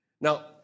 Now